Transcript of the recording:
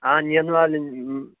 اَہَن یِنہِ والٮ۪ن